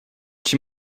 she